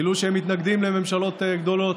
גילו שהם מתנגדים לממשלות גדולות,